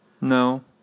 no